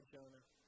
Jonah